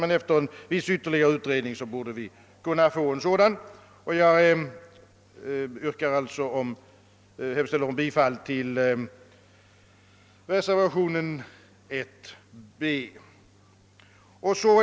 Jag hemställer alltså om bifall till reservationen 1 c.